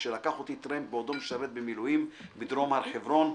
כשלקח אותי טרמפ בעודו משרת מילואים בדרום הר חברון,